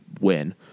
win